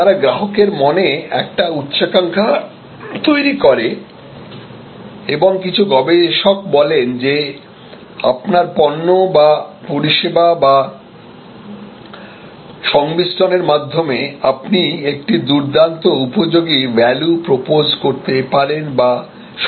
তারা গ্রাহকের মনে একটি উচ্চাকাঙ্ক্ষা তৈরি করে এবং কিছু গবেষক বলেন যে আপনার পণ্য বা পরিষেবা বা সংমিশ্রনের মাধ্যমে আপনি একটি দুর্দান্ত উপযোগী ভ্যালু প্রপোজ করতে পারেন বা সরবরাহ করতে পারেন